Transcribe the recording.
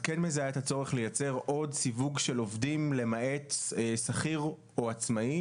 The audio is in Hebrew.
את כן מזהה את הצורך לייצר עוד סיווג של עובדים למעט שכיר או עצמאי